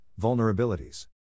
vulnerabilities